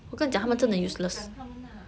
then 你明天讲他们 lah